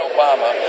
Obama